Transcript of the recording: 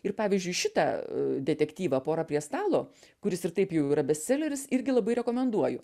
ir pavyzdžiui šitą detektyvą pora prie stalo kuris ir taip jau yra bestseleris irgi labai rekomenduoju